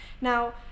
now